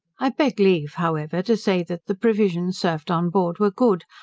i beg leave, however, to say, that the provisions served on board were good,